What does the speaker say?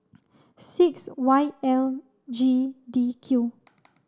six Y L G D Q